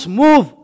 move